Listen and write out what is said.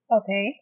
Okay